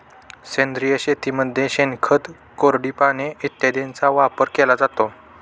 सेंद्रिय शेतीमध्ये शेणखत, कोरडी पाने इत्यादींचा वापर केला जातो